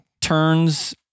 turns